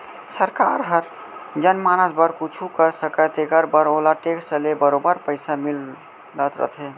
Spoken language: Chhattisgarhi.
सरकार हर जनमानस बर कुछु कर सकय तेकर बर ओला टेक्स ले बरोबर पइसा मिलत रथे